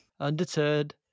Undeterred